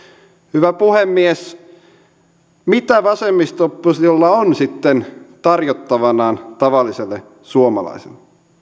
hyvä puhemies mitä vasemmisto oppositiolla on sitten tarjottavanaan tavalliselle suomalaiselle